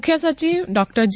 મુખ્ય સચિવ ડોક્ટર જે